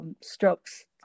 strokes